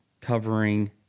covering